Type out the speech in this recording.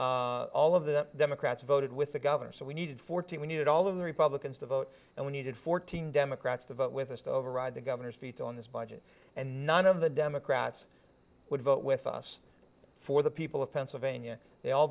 vote all of the democrats voted with the governor so we needed fourteen we needed all of the republicans to vote and we needed fourteen democrats to vote with us to override the governor's veto on this budget and none of the democrats would vote with us for the people of pennsylvania they all